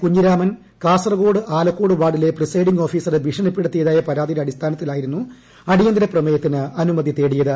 കുഞ്ഞിരാമൻ കാസർകോട് ആലക്കോട് വാർഡിലെ പ്രിസൈഡിംഗ് ഓഫീസറെ ഭീഷണിപ്പെടുത്തിയതായ പരാതിയുടെ അടിസ്ഥാനത്തിലായിരുന്നു അടിയന്തര പ്രമേയത്തിന് അനുമതി തേടിയത്